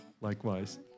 Likewise